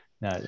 no